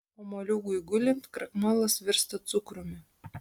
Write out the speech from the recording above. o moliūgui gulint krakmolas virsta cukrumi